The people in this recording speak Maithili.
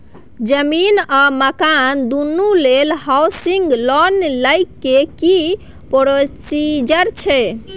जमीन आ मकान दुनू लेल हॉउसिंग लोन लै के की प्रोसीजर छै?